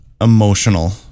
emotional